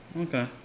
Okay